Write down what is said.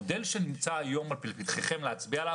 המודל שנמצא היום לפתחכם להצביע עליו